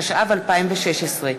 התשע"ו 2016,